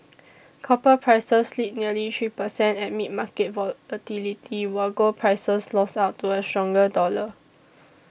copper prices slid nearly three percent amid market volatility while gold prices lost out to a stronger dollar